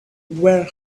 were